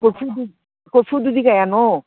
ꯀꯣꯔꯐꯨꯗꯨ ꯀꯣꯔꯐꯨꯗꯨꯗꯤ ꯀꯌꯥꯅꯣ